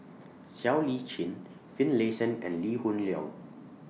Siow Lee Chin Finlayson and Lee Hoon Leong